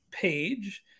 page